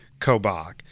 Kobach